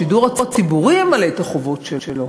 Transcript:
שהשידור הציבורי ימלא את החובות שלו.